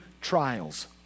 trials